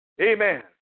Amen